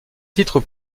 titre